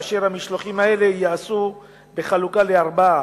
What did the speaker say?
והמשלוחים האלה ייעשו בחלוקה לארבעה,